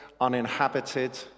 uninhabited